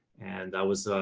and that was, ah,